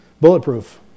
bulletproof